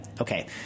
Okay